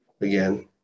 again